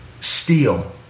steal